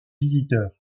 visiteurs